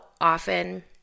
often